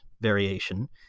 variation